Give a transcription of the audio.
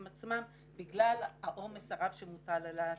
עצמם בגלל העומס הרב שמוטל על הצוותים.